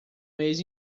mês